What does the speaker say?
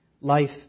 Life